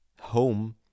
home